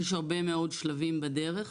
יש הרבה מאוד שלבים בדרך,